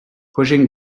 pushing